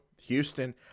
Houston